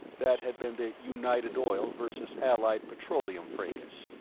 that had been the united oil versus allied petroleum fracas,